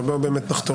אבל בוא באמת נחתוך.